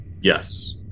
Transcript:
Yes